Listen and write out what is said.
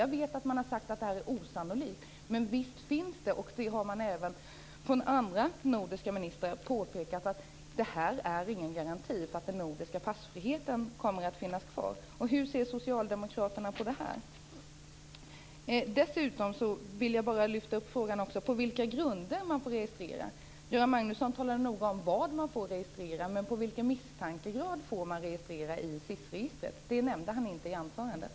Jag vet att man har sagt att detta är osannolikt, men visst finns risken. Även andra nordiska ministrar har påpekat att detta inte är någon garanti för att den nordiska passfriheten kommer att finnas kvar. Hur ser Socialdemokraterna på detta? Dessutom vill jag lyfta upp frågan om på vilka grunder man får registrera. Göran Magnusson talar noga om vad man får registrera. Men på vilken misstankegrad får man registrera i SIS-registret? Det nämnde han inte i anförandet.